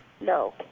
No